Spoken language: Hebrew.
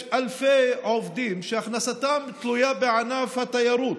יש אלפי עובדים שהכנסתם תלויה בענף התיירות.